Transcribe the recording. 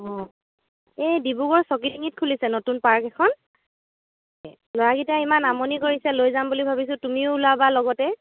অ' এই ডিব্ৰুগড় ছকিডিঙ্গিত খুলিছে নতুন পাৰ্ক এখন ল'ৰা কিটাই ইমান আমনি কৰিছে লৈ যাম বুলি ভাবিছোঁ তুমিও ওলাবা লগতে